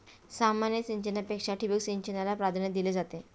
सामान्य सिंचनापेक्षा ठिबक सिंचनाला प्राधान्य दिले जाते